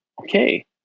Okay